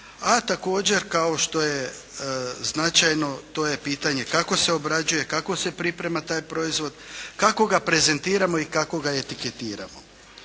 a također kao što je značajno, to je pitanje kako se obrađuje, kako se priprema taj proizvod, kako ga prezentiramo i kako ga etiketiramo.